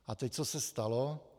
A teď co se stalo.